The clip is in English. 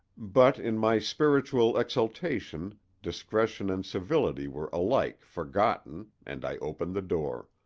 but in my spiritual exaltation, discretion and civility were alike forgotten and i opened the door.